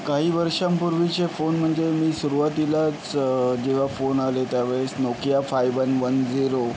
काही वर्षांपूर्वीचे फोन म्हणजे मी सुरुवातीलाच जेव्हा फोन आले त्यावेळेस Nokia five one one zero हा फोन होता